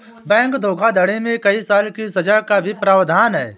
bank धोखाधड़ी में कई साल की सज़ा का भी प्रावधान है